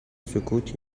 سکوت